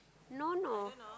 no no